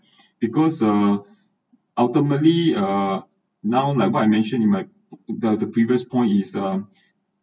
because uh ultimately uh now like what I mentioned in my the previous point is uh